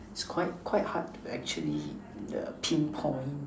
quite quite hard to actually pinpoint